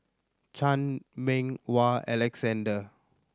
Chan Meng Wah Alexander